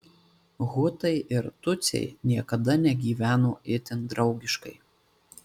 hutai ir tutsiai niekada negyveno itin draugiškai